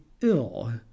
ill